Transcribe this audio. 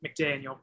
McDaniel